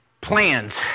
plans